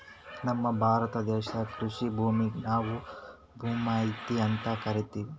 ನಮ್ ಭಾರತ ದೇಶದಾಗ್ ಕೃಷಿ ಭೂಮಿಗ್ ನಾವ್ ಭೂಮ್ತಾಯಿ ಅಂತಾ ಕರಿತಿವ್